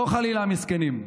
לא חלילה המסכנים.